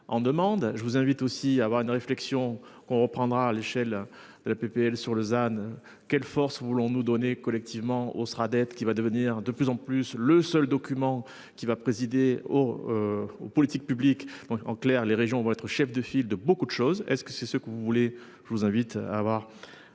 je vous invite aussi à avoir une réflexion on reprendra à l'échelle de la PPL sur Lausanne quelle force voulons-nous donner collectivement sera dette qui va devenir de plus en plus le seul document qui va présider aux. Aux politiques publiques. En clair, les régions vont être chef de file de beaucoup de choses. Est ce que c'est ce que vous voulez, je vous invite à avoir